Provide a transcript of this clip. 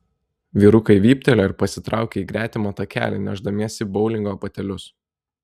vyrukai vyptelėjo ir pasitraukė į gretimą takelį nešdamiesi boulingo batelius